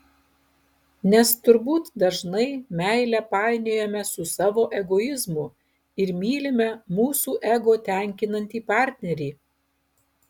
nes turbūt dažnai meilę painiojame su savo egoizmu ir mylime mūsų ego tenkinantį partnerį